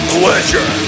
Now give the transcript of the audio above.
pleasure